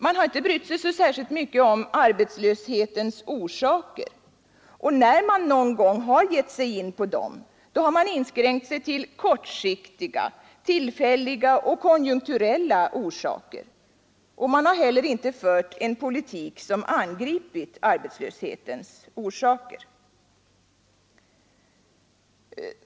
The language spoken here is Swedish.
Man har inte brytt sig särskilt mycket om arbetslöshetens orsaker — och när man någon gång gett sig in på dem har man inskränkt sig till kortsiktiga, tillfälliga och konjunkturella orsaker — och man har heller inte fört en politik som angripit arbetslöshetens orsaker.